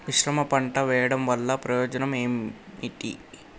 మిశ్రమ పంట వెయ్యడం వల్ల ప్రయోజనం ఏమిటి?